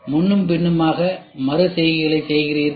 முன்னும் பின்னுமாக மறு செய்கைகளைச் செய்கிறீர்கள்